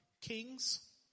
kings